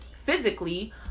physically